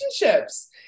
relationships